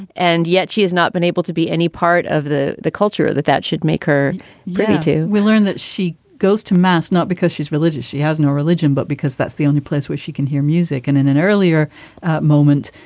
and yet she has not been able to be any part of the the culture that that should make her ready to we learn that she goes to mass, not because she's religious, she has no religion, but because that's the only place where she can hear music. and in an earlier moment.